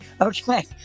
okay